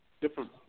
different